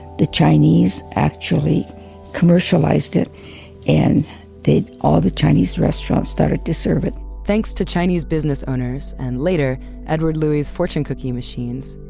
the chinese actually commercialized it and all the chinese restaurants started to serve it thanks to chinese business owners and later edward louie's fortune cookie machines,